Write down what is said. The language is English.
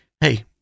hey